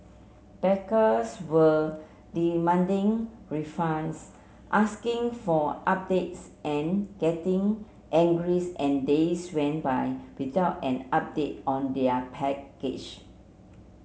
backers were demanding refunds asking for updates and getting angry and days went by without an update on their package